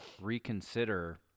reconsider